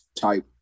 type